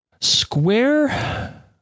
Square